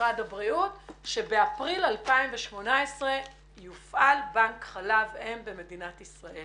משרד הבריאות שבאפריל 2018 יופעל בנק חלב אם במדינת ישראל